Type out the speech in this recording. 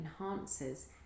enhances